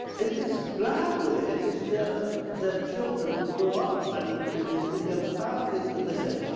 it is gradually, it is their their children who grow up and it is in their families that they say,